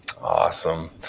Awesome